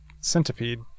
centipede